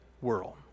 world